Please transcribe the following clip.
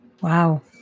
Wow